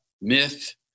myth